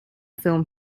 film